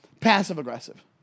Passive-aggressive